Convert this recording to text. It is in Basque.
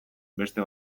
beste